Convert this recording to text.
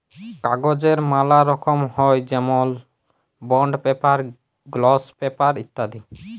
কাগজের ম্যালা রকম হ্যয় যেমল বন্ড পেপার, গ্লস পেপার ইত্যাদি